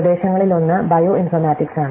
പ്രദേശങ്ങളിലൊന്ന് bioinformatics ആണ്